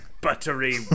buttery